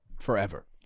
forever